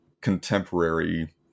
contemporary